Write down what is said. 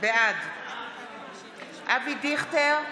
בעד אבי דיכטר,